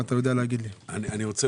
אני רוצה